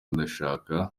ndashaka